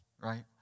right